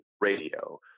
radio